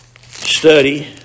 study